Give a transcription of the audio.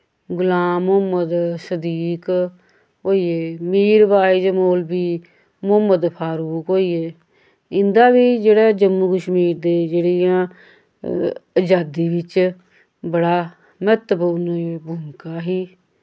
गुलाम मोह्म्मद सदीक होई गे मीरबाज मोलवी मोह्म्मद फारूक होई गे इंदा वी जेह्ड़ा जम्मू कश्मीर दे जेह्ड़ियां अजादी विच बड़ा मह्त्वपूर्ण भुमिका ही